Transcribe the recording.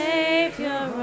Savior